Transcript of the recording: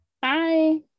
Bye